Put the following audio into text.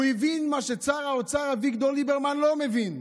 הוא הבין מה ששר האוצר אביגדור ליברמן לא מבין,